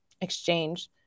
exchange